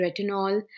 retinol